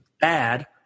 bad